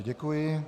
Děkuji.